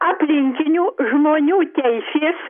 aplinkinių žmonių teisės